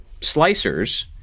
slicers